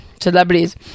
celebrities